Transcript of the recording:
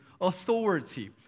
authority